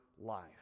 life